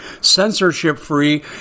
censorship-free